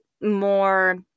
more